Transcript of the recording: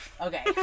Okay